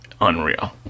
unreal